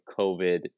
COVID